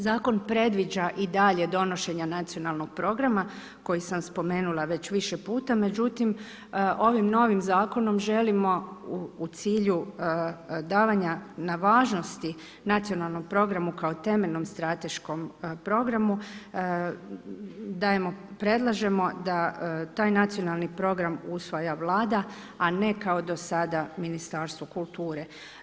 Zakon predviđa i dalje donošenja nacionalnog programa, koji sam spomenula već više puta, međutim ovim novim zakonom želimo u cilju davanja na važnosti nacionalnom programu kao temeljnom strateškom programu, predlažemo da taj nacionalni program usvaja Vlada, a ne kao do sada Ministarstvo kulture.